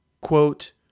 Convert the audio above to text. Quote